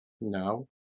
No